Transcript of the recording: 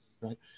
right